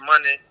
money